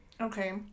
Okay